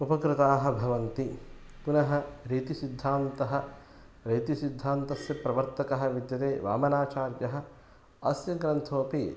उपकृताः भवन्ति पुनः रीतिसिद्धान्तः रीतिसिद्धान्तस्य प्रवर्तकः विद्यते वामनाचार्यः अस्य ग्रन्थोपि